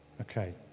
okay